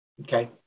Okay